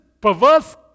perverse